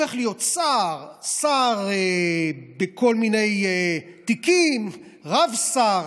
הופך להיות שר, שר בכל מיני תיקים, רב-שר.